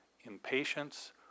impatience